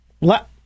let